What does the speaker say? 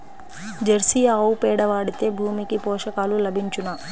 Jersey ఆవు పేడ వాడితే భూమికి పోషకాలు లభించునా?